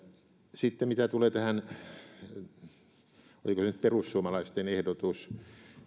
sitten mitä tulee tähän oliko se nyt perussuomalaisten ehdotus